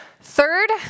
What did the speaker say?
Third